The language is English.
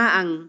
ang